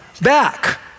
back